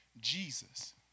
Jesus